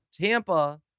Tampa